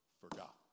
forgot